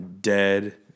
dead